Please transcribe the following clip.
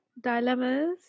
dilemmas